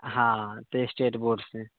हाँ तऽ स्टेट बोर्डसँ